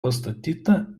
pastatyta